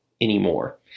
anymore